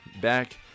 back